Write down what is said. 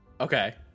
Okay